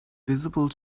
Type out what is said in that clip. visible